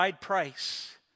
price